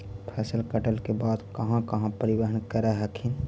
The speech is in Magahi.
फसल कटल के बाद कहा कहा परिबहन कर हखिन?